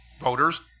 voters